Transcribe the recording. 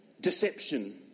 deception